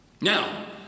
Now